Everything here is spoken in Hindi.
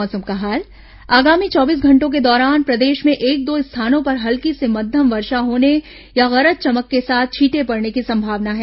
मौसम आगामी चौबीस घंटों के दौरान प्रदेश में एक दो स्थानों पर हल्की से मध्यम वर्षा होने या गरज चमक के साथ छीटें पड़ने की संभावना है